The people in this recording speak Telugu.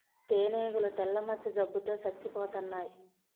తేనీగలు తెల్ల మచ్చ జబ్బు తో సచ్చిపోతన్నాయి